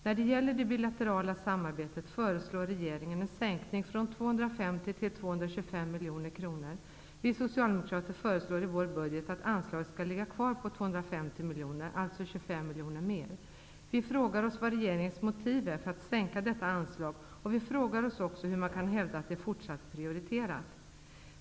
När det gäller det bilaterala samarbetet, föreslår regeringen en sänkning från 250 miljoner kronor till 225 miljoner kronor. Vi socialdemokrater föreslår i vår budget att anslaget skall ligga kvar på 250 miljoner kronor, alltså 25 miljoner kronor mer. Vi frågar oss vad regeringens motiv är för att sänka detta anslag, och vi frågar oss också hur man kan hävda att det är fortsatt prioriterat.